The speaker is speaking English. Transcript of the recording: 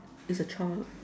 it's a child